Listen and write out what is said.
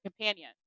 companion